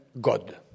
God